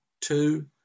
two